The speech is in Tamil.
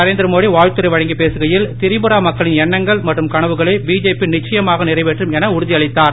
நரேந்திரமோடி வாழ்த்துரை வழங்கி பேசுகையில் திரிபுரா மக்களின் எண்ணங்கள் மற்றும் கனவுகளை பிஜேபி நிச்சயமாக நிறைவேற்றும் என உறுதி அளித்தார்